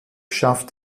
schafft